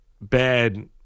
bad –